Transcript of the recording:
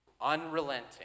unrelenting